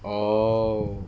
oh